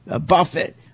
buffett